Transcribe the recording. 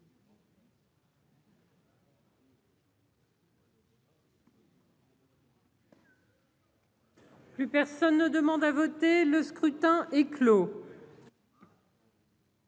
Plus personne ne demande à voter Le scrutin est clos.